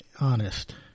honest